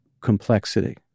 complexity